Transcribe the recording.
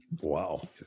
Wow